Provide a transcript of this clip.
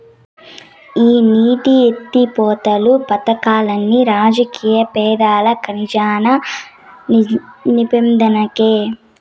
ఈ నీటి ఎత్తిపోతలు పదకాల్లన్ని రాజకీయ పెద్దల కజానా నింపేదానికే